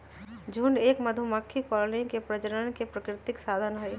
झुंड एक मधुमक्खी कॉलोनी के प्रजनन के प्राकृतिक साधन हई